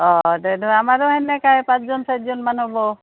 অঁ তেতো আমাৰো সেনেকাই পাঁচজন চয়জনমান হ'ব